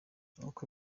nkuko